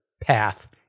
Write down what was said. path